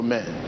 Men